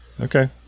Okay